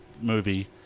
movie